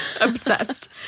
obsessed